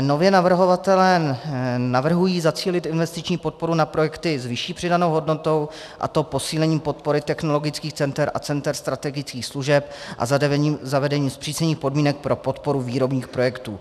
Nově navrhovatelé navrhují zacílit investiční podporu na projekty s vyšší přidanou hodnotou, a to posílením podpory technologických center a center strategických služeb a zavedením zpřísněných podmínek pro podporu výrobních projektů.